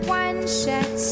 one-shot